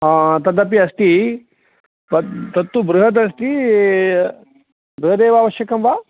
तदपि अस्ति तत्तु बृहदस्ति बृहदेव आवश्यकं वा